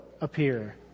appear